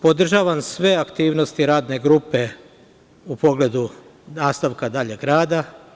Drugo, podržavam sve aktivnosti Radne grupe u pogledu nastavka daljeg rada.